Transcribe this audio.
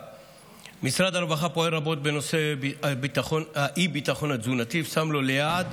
משרד הרווחה פועל רבות בנושא האי-ביטחון התזונתי ושם לו ליעד